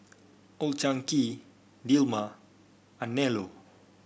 Old Chang Kee Dilmah Anello